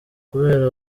kubera